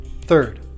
Third